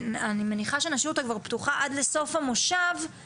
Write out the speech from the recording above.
אני מניחה שנשאיר אותה כבר פתוחה עד לסוף המושב,